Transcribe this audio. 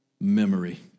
memory